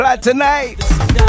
Tonight